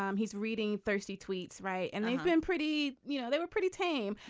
um he's reading thirsty tweets right. and i've been pretty you know they were pretty tame.